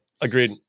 Agreed